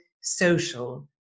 social